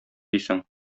дисең